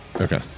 Okay